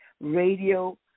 radio